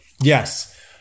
Yes